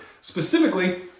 specifically